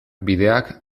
bideak